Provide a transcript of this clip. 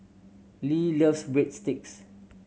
Lea loves Breadsticks